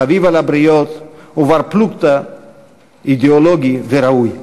חביב על הבריות ובר-פלוגתא אידיאולוגי וראוי.